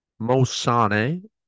Mosane